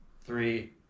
three